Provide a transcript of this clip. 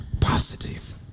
Positive